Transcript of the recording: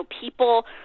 people